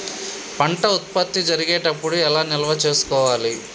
పంట ఉత్పత్తి జరిగేటప్పుడు ఎలా నిల్వ చేసుకోవాలి?